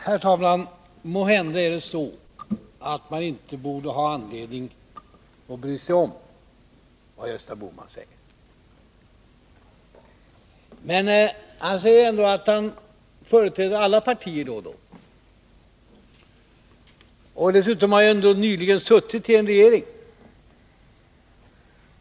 Herr talman! Måhända är det så att man inte borde ha anledning att bry sig om vad Gösta Bohman säger. Men han säger ändock då och då att han företräder alla partier. Dessutom har han ju nyligen suttit i en regering.